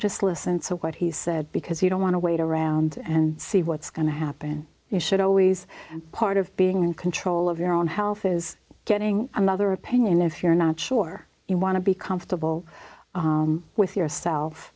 just listen to what he said because you don't want to wait around and see what's going to happen you should always part of being in control of your own health is getting another opinion if you're not sure you want to be comfortable with yourself